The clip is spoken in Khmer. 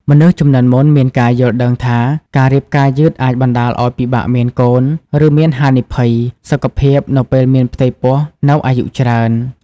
មនុស្សជំនាន់មុនមានការយល់ដឹងថា ការរៀបការយឺតអាចបណ្ដាលឲ្យពិបាកមានកូន ឬមានហានិភ័យសុខភាពនៅពេលមានផ្ទៃពោះនៅអាយុច្រើន ។